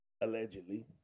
allegedly